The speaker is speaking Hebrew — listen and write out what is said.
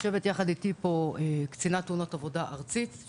יושבת איתי קצינת תאונות עבודה ארצית,